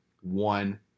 one